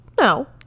No